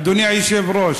אדוני היושב-ראש,